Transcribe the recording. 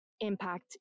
impact